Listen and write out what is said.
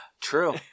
True